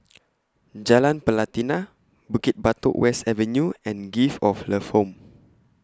Jalan Pelatina Bukit Batok West Avenue and Gift of Love Home